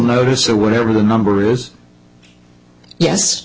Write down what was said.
notice or whatever the number is yes